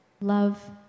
Love